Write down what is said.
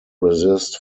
resist